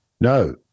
No